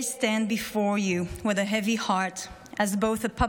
I stand before you with a heavy heart as both a public